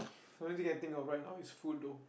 the only thing you can think of right now is food though